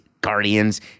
Guardians